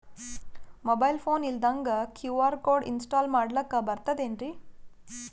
Mobile phone ಇಲ್ದಂಗ QR code install ಮಾಡ್ಲಕ ಬರ್ತದೇನ್ರಿ?